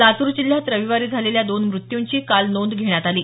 लातूर जिल्ह्यात रविवारी झालेल्या दोन मृत्यूंची काल नोंद घेण्यात आली